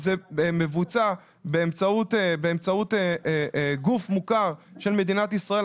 זה מבוצע באמצעות גוף מוכר של מדינת ישראל,